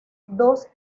dos